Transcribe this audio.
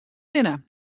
binne